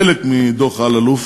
חלק מדוח אלאלוף